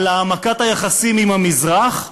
על העמקת היחסים עם המזרח?